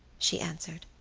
she answered.